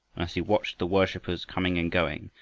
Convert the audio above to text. as he watched the worshipers coming and going,